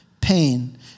pain